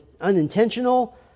unintentional